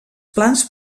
plans